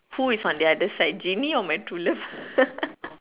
who is on the other side genie or my true love